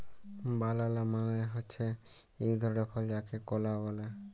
বালালা মালে হছে ইক ধরলের ফল যাকে কলা ব্যলে